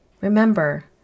Remember